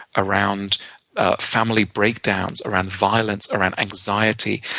around family breakdowns, around violence, around anxiety,